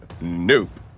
Nope